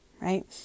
right